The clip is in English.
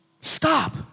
Stop